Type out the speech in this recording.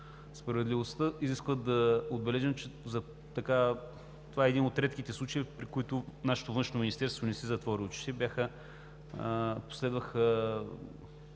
изисква да отбележим, че това е един от редките случаи, в които нашето Външно министерство не си затвори очите.